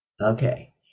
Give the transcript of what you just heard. Okay